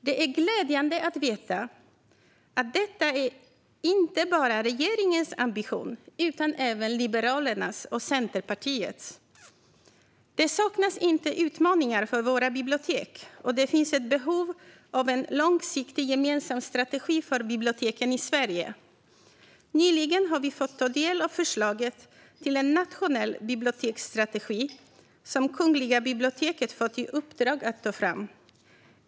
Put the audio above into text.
Det är glädjande att veta att detta inte bara är regeringens ambition utan även Liberalernas och Centerpartiets. Det saknas inte utmaningar för våra bibliotek, och det finns ett behov av en långsiktig gemensam strategi för biblioteken i Sverige. Nyligen har vi fått ta del av förslaget till en nationell biblioteksstrategi, som Kungliga biblioteket fått i uppdrag att ta fram.